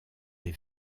des